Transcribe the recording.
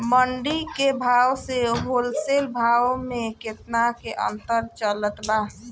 मंडी के भाव से होलसेल भाव मे केतना के अंतर चलत बा?